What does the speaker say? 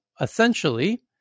Essentially